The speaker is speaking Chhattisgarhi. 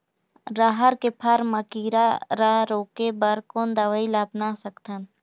रहर के फर मा किरा रा रोके बर कोन दवई ला अपना सकथन?